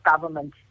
government